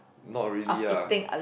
not really ah